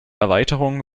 erweiterung